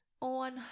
on